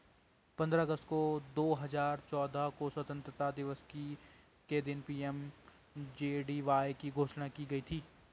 पंद्रह अगस्त दो हजार चौदह को स्वतंत्रता दिवस के दिन पी.एम.जे.डी.वाई की घोषणा की गई थी